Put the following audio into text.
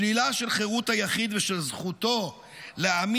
שלילה של חירות היחיד ושל זכותו להעמיד